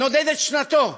נודדת שנתו.